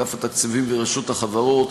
אגף התקציבים ורשות החברות